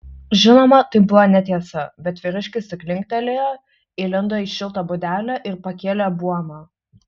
žinoma tai buvo netiesa bet vyriškis tik linktelėjo įlindo į šiltą būdelę ir pakėlė buomą